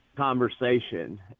conversation